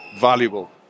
valuable